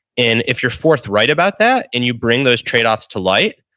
and if you're forthright about that and you bring those trade offs to light,